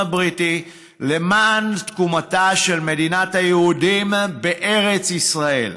הבריטי למען תקומתה של מדינת היהודים בארץ ישראל.